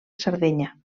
sardenya